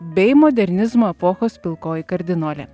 bei modernizmo epochos pilkoji kardinolė